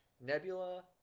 nebula